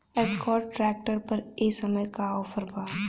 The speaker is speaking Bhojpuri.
एस्कार्ट ट्रैक्टर पर ए समय का ऑफ़र बा?